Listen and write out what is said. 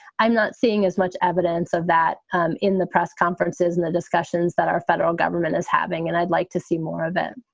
i'm not seeing as much evidence of that um in the press conferences and the discussions that our federal government is having. and i'd like to see more of them.